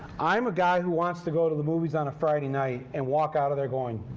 i'm a guy who wants to go to the movies on a friday night and walk out of there going,